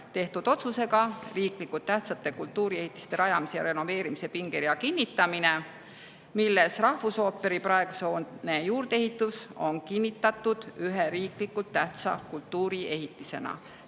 tehtud otsusega "Riiklikult tähtsate kultuuriehitiste rajamise ja renoveerimise pingerea kinnitamine", milles rahvusooperi praeguse hoone juurdeehitus on kinnitatud ühe riiklikult tähtsa kultuuriehitisena.